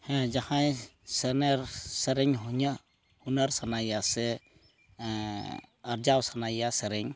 ᱦᱮᱸ ᱡᱟᱦᱟᱸᱭ ᱥᱮᱱᱮᱨ ᱥᱮᱨᱮᱧ ᱤᱧᱟᱹᱜ ᱦᱩᱱᱟᱹᱨ ᱥᱟᱱᱟᱭᱮᱭᱟ ᱥᱮ ᱟᱨᱡᱟᱣ ᱥᱟᱱᱟᱭᱮᱭᱟ ᱥᱮᱨᱮᱧ